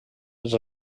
dels